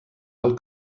alt